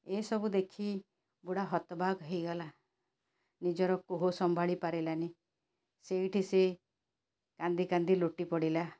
ଏ ସବୁ ଦେଖି ବୁଢ଼ା ହତବାକ୍ ହେଇଗଲା ନିଜର କୋହ ସମ୍ଭାଳି ପାରିଲାନି ସେଇଠି ସେ କାନ୍ଦି କାନ୍ଦି ଲୋଟି ପଡ଼ିଲା